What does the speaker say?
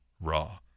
Raw